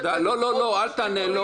חבר הכנסת סמוטריץ,